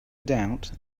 doubt